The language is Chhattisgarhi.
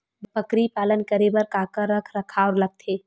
बकरी पालन करे बर काका रख रखाव लगथे?